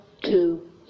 two